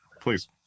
please